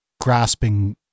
grasping